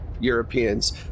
Europeans